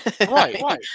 Right